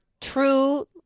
true